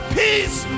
peace